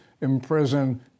imprison